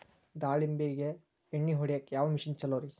ದಾಳಿಂಬಿಗೆ ಎಣ್ಣಿ ಹೊಡಿಯಾಕ ಯಾವ ಮಿಷನ್ ಛಲೋರಿ?